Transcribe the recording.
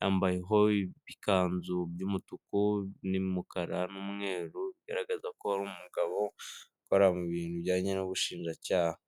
yambayeho ibikanzu by'umutuku n'umukara n'umweru, bigaragaza ko ari umugabo ukora mu bintu bijyanye n'ubushinjacyaha.